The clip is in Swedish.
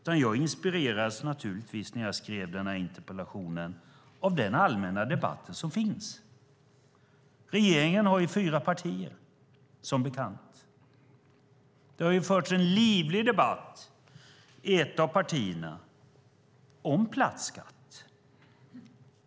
När jag skrev den här interpellationen inspirerades jag naturligtvis av den allmänna debatt som finns. Regeringen har fyra partier, som bekant. Det har förts en livlig debatt i ett av partierna om platt skatt.